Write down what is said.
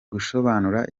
gusobanura